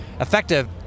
effective